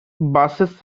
buses